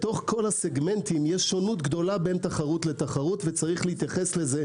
בתוך הסגמנטים יש שונות דגולה בין תחרות לתחרות ויש להתייחס לזה.